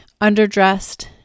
underdressed